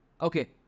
Okay